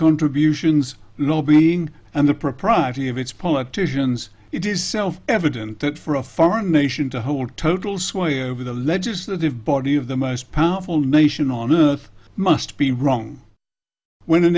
contributions lobbying and the propriety of its politicians it is self evident that for a foreign nation to hold total sway over the legislative body of the most powerful nation on earth must be wrong when an